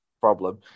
problem